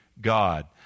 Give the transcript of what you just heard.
God